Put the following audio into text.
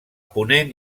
ponent